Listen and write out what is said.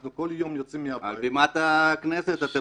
אנחנו בכל יום יוצאים מהבית --- על בימת הכנסת אתם